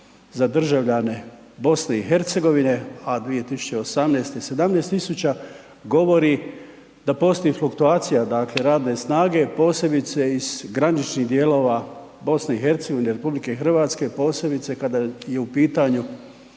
za državljane BiH, a 2018. 17000 govori da postoji fluktuacija, dakle radne snage, posebice iz graničnih dijelova BiH i RH, posebice kada je u pitanju,